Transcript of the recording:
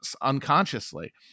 unconsciously